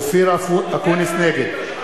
אופיר אקוניס, נגד אופיר נגד?